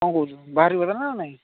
କ'ଣ କହୁଛୁ ତ ବାହାରିବ ଏବେ ନା ନାଇଁ